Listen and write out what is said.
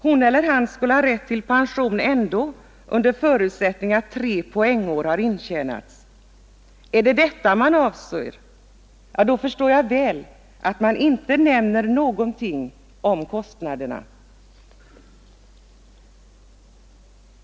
Hon eller han skulle ha rätt till pension ändå under förutsättning att tre poängår har intjänats. Är det detta man avser? Då förstår jag väl att man inte nämner någonting om kostnaderna.